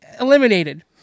eliminated